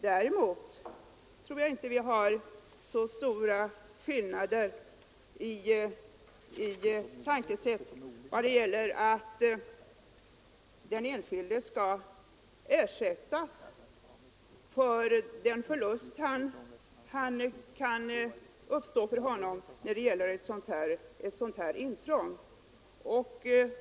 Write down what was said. Däremot tror jag inte att vi har så olika tänkesätt när det gäller den enskildes ersättning för förluster han kan åsamkas vid ett sådant här intrång.